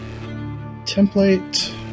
template